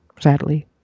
sadly